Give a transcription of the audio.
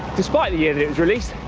despite the year that it was released,